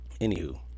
Anywho